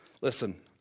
Listen